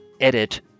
edit